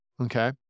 okay